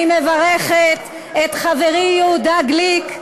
אני מברכת את חברי יהודה גליק,